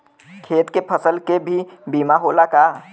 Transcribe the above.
खेत के फसल के भी बीमा होला का?